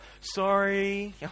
Sorry